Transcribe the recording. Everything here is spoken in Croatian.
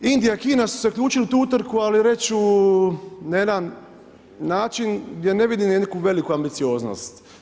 Indija i Kina su se uključili u tu utrku, ali reći ću na jedan način gdje ne vidim ja neku veliku ambicioznost.